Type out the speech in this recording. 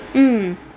mm